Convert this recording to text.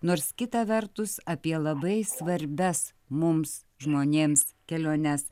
nors kita vertus apie labai svarbias mums žmonėms keliones